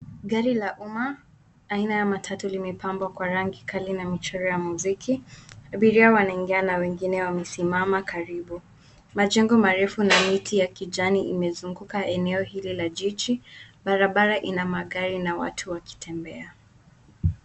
Gari la umma aina ya matatu limepambwa kwa rangi kali na michoro ya mziki. Abiria wanaingia na wengine wamesimama karibu, Majengo marefu na miti ya kijani imezunguka eneo hilo la jiji. Barabara ina magari na watu wakitembea.